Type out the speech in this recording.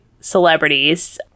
celebrities